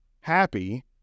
happy